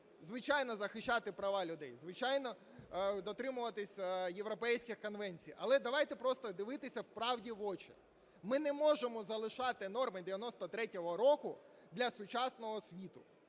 звичайно, захищати права людей, звичайно, дотримуватись європейських конвенцій, але давайте просто дивитися правді в очі: ми не можемо залишати норми 1993 року для сучасного світу.